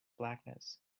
blackness